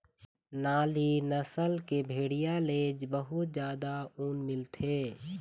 नाली नसल के भेड़िया ले बहुत जादा ऊन मिलथे